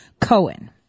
Cohen